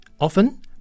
Often